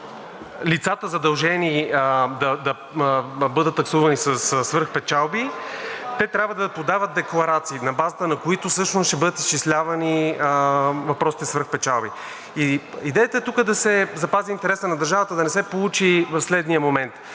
лицата, задължени да бъдат таксувани със свръхпечалби, те трябва да подават декларации, на базата на които всъщност ще бъдат изчислявани въпросните свръхпечалби. Идеята тук е да се запази интересът на държавата, да не се получи следният момент: